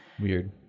Weird